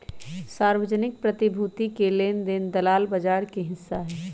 सार्वजनिक प्रतिभूति के लेन देन दलाल बजार के हिस्सा हई